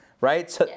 Right